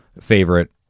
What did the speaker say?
favorite